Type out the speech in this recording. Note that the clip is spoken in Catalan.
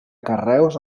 carreus